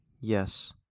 yes